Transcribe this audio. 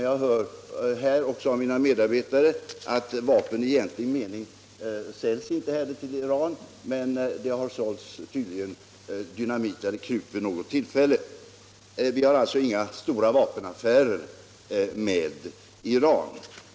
Jag hör också av mina medarbetare att vapen i egentlig mening inte säljs till Iran men att det tydligen vid något tillfälle sålts dynamit eller krut till detta land. Vi har alltså inga stora vapenaffärer med Iran.